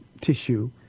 tissue